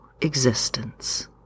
existence